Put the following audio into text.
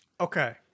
Okay